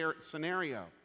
scenario